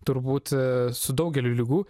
turbūt su daugeliu ligų